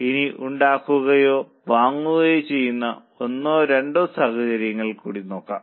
ഇനി ഉണ്ടാക്കുകയോ വാങ്ങുകയോ ചെയ്യുന്ന ഒന്നോ രണ്ടോ സാഹചര്യങ്ങൾ കൂടി നോക്കാം